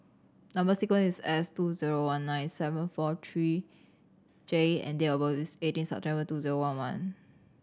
number sequence is S two zero one nine seven four three J and date of birth is eighteen September two zero one one